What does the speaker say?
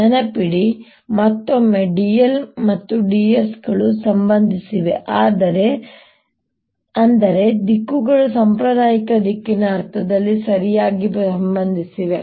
ನೆನಪಿಡಿ ಮತ್ತೊಮ್ಮೆ dl ಮತ್ತು ds ಗಳು ಸಂಬಂಧಿಸಿವೆ ಅಂದರೆ ದಿಕ್ಕುಗಳು ಸಾಂಪ್ರದಾಯಿಕ ದಿಕ್ಕಿನ ಅರ್ಥದಲ್ಲಿ ಸರಿಯಾಗಿ ಸಂಬಂಧಿಸಿವೆ